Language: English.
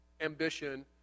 ambition